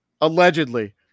Allegedly